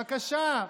בבקשה,